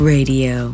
Radio